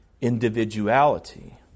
individuality